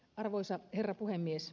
arvoisa herra puhemies